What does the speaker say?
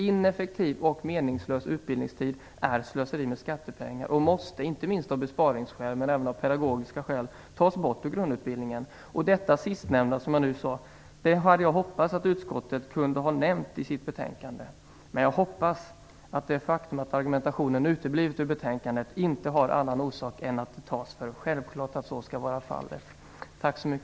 Ineffektiv och meningslös utbildningstid är slöseri med skattepengar och måste, både av besparingsskäl och av ekonomiska skäl, tas bort ur grundutbildningen. Detta hade jag hoppats att utskottet skulle nämna i sitt betänkande. Jag hoppas att det faktum att argumentationen uteblivit ur betänkandet inte har någon annan orsak än att det tas för självklart att så skall vara fallet. Tack!